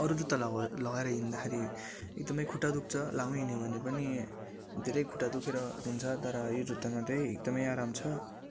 अरू जुत्ता लगाउ लगाएर हिँड्दाखेरि एकदमै खुट्टा दुख्छ लामो हिँड्यो भने पनि धेरै खुट्टा दुखेर हुन्छ तर यो जुत्तामा चाहिँ एकदमै आराम छ